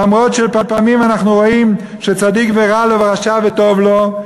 למרות שפעמים אנחנו רואים שצדיק ורע לו ורשע וטוב לו,